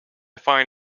find